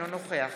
אינו נוכח